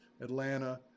Atlanta